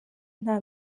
nta